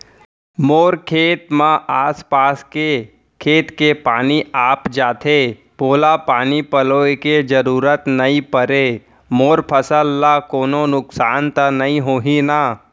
मोर खेत म आसपास के खेत के पानी आप जाथे, मोला पानी पलोय के जरूरत नई परे, मोर फसल ल कोनो नुकसान त नई होही न?